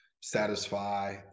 satisfy